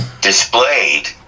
displayed